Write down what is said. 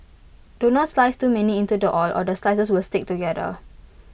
do not slice too many into the oil or the slices will stick together